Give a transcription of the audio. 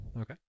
okay